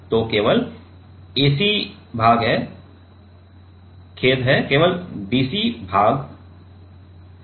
तो केवल ac भाग है केवल खेद है केवल डीसी भाग या मात्रा भाग है